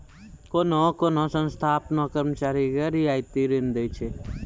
कोन्हो कोन्हो संस्था आपनो कर्मचारी के रियायती ऋण दै छै